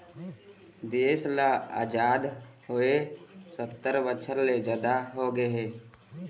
देश ल अजाद होवे सत्तर बछर ले जादा होगे हे